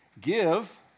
give